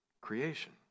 Creation